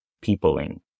peopling